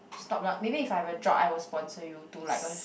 stop lah maybe if I have a job I will sponsor you too like